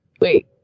Wait